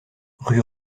rue